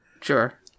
Sure